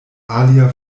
alia